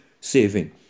saving